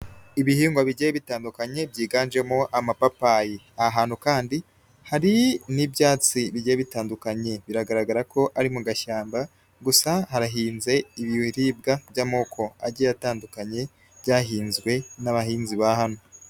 Ibihingwa bigiye bitandukanye byiganjemo amapapayi, aha hantu kandi hari n'ibyatsi bijye bitandukanye, bigaragara ko ari mu gashyamba, gusa harahinze ibibwa by'amoko agiye atandukanye byahinzwe n'abahinzi ba hano.